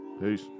Peace